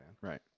Right